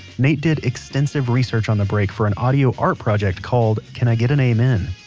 nate did extensive research on the break for an audio art project called, can i get an amen?